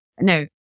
no